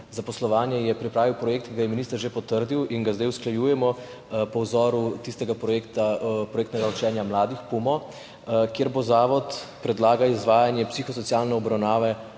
zaposlovanje je pripravil projekt, ki ga je minister že potrdil in ga zdaj usklajujemo po vzoru tistega projektnega učenja mladih PUM-O, kjer bo zavod predlagal izvajanje psihosocialne obravnave